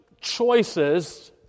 choices